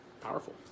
powerful